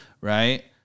right